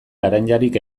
laranjarik